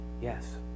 Yes